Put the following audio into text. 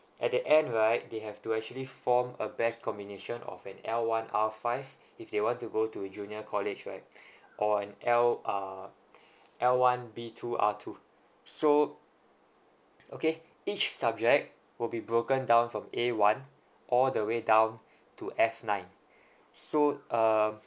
at the end right they have to actually form a best combination of an L one R five if they want to go to junior college right or an L uh L one B two R two so okay each subject will be broken down from A one all the way down to F nine so err